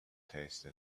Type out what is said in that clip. tasted